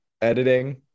editing